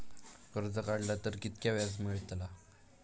कर्ज काडला तर कीतक्या व्याज मेळतला?